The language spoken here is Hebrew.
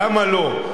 למה לא?